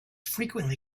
frequently